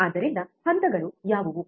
ಆದ್ದರಿಂದ ಹಂತಗಳು ಯಾವುವು